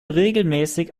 regelmäßig